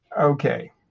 Okay